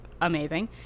amazing